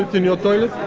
in your toilet?